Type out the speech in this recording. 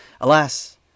Alas